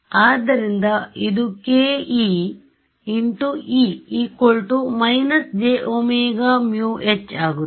ಆದ್ದರಿಂದ ಇದು ke × E − jωμH ಆಗುತ್ತದೆ